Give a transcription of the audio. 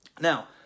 Now